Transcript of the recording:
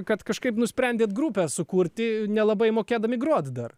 kad kažkaip nusprendėt grupę sukurti nelabai mokėdami grot dar